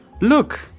Look